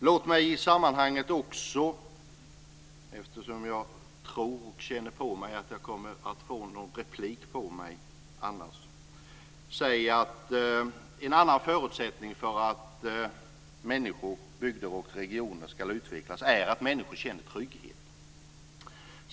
Låt mig i sammanhanget också, eftersom jag känner på mig att jag kommer att få någon replik på mig annars, säga att en annan förutsättning för att människor, bygder och regioner ska utvecklas är att människor känner trygghet.